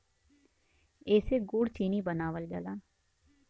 एसे गुड़ चीनी बनावल जाला